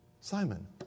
Simon